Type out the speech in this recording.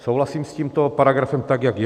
Souhlasím s tímto paragrafem tak, jak je.